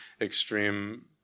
extreme